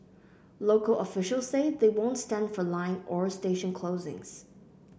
local official say they won't stand for line or station closings